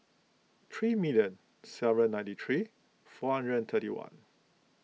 three million seven hundred ninety three four hundred and thirty one